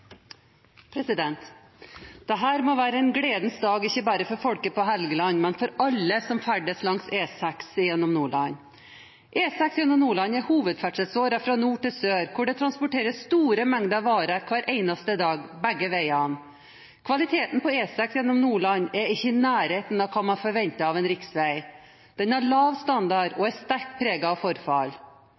må være en gledens dag, ikke bare for folket på Helgeland, men for alle som ferdes langs E6 gjennom Nordland. E6 gjennom Nordland er hovedferdselsåren fra nord til sør, hvor det transporteres store mengder varer hver eneste dag, begge veier. Kvaliteten på E6 gjennom Nordland er ikke i nærheten av hva man forventer av en riksvei, den har lav standard og er sterkt preget av forfall.